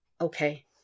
Okay